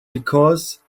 because